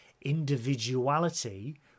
individuality